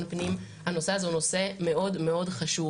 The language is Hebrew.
פנים הנושא הזה הוא נושא מאוד חשוב.